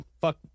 Fuck